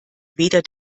weder